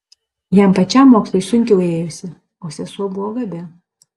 jam pačiam mokslai sunkiau ėjosi o sesuo buvo gabi